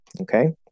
okay